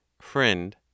Friend